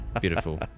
Beautiful